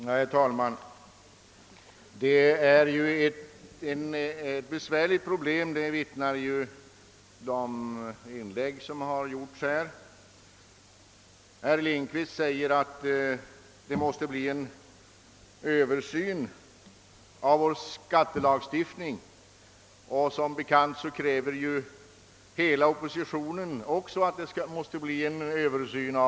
Herr talman! De inlägg som gjorts här vittnar om att det är ett besvärligt problem. Herr Lindkvist säger att det måste bli en översyn av vår skattelagstiftning, och som bekant kräver hela oppositionen en sådan översyn.